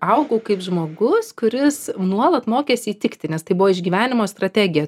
augau kaip žmogus kuris nuolat mokėsi įtikti nes tai buvo išgyvenimo strategija